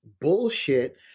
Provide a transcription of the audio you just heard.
bullshit